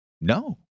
no